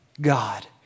God